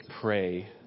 pray